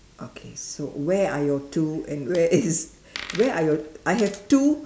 okay so where are your two and where is where are your I have two